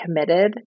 committed